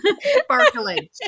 sparkling